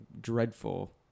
dreadful